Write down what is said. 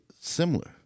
similar